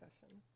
session